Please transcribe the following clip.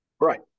Right